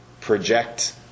project